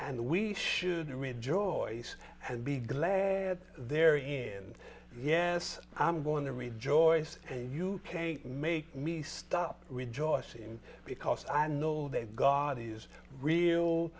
and we should rejoice and be glad there and yes i'm going to rejoice and you can't make me stop rejoicing because i know that god is real